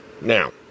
Now